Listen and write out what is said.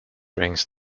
brings